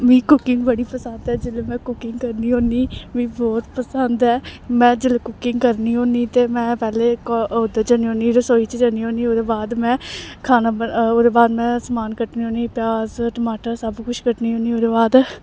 मिगी कुकिंग बड़ी पसंद ऐ जेल्लै में कुकिंग करनी होन्नी मिगी बहुत पसंद ऐ में जेल्लै कुकिंग करनी होन्नी ते में पैह्लें उद्धर जन्नी होन्नी रसोई च जन्नी होन्नी ओह्दे बाद में खाना ओह्दे बाद में समान कट्टनी होन्नी प्याज टमाटर सब कुछ कट्टनी होन्नी ओह्दे बाद